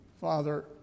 Father